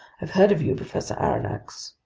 i've heard of you, professor aronnax.